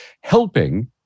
helping